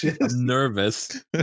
Nervous